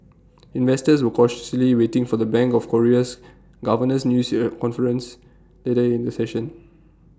investors were cautiously waiting for the bank of Korea's governor's news IT A conference later in the session